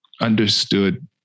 understood